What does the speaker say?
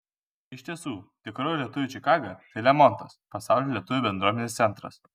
iš tiesų tikroji lietuvių čikaga tai lemontas pasaulio lietuvių bendruomenės centras